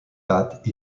that